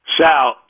Sal